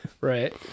Right